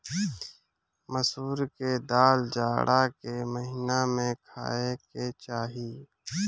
मसूर के दाल जाड़ा के महिना में खाए के चाही